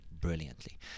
brilliantly